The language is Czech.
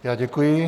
Já děkuji.